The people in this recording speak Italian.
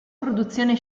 produzione